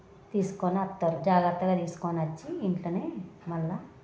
తీసుకొని వస్తారు తరువాత జాగ్రత్తగా తీసుకొని వచ్చి ఇంట్లోనే మళ్ళీ